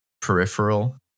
peripheral